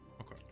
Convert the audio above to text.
okay